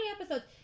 episodes